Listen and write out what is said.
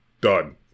done